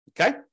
Okay